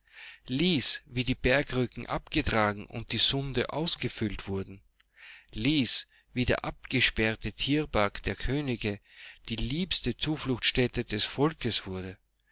lies wie die bergrücken abgetragen und die sunde ausgefüllt wurden lies wie der abgesperrte tierpark der könige die liebste zufluchtsstätte des volkes wurde